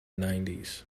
nineties